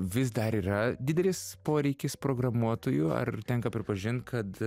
vis dar yra didelis poreikis programuotojų ar tenka pripažint kad